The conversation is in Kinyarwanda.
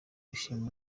bishimira